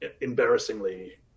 embarrassingly